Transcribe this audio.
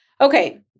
Okay